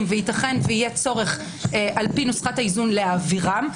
וייתכן שיהיה צורך לפי נוסחת האיזון להעבירם.